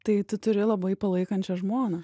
tai turi labai palaikančią žmoną